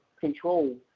control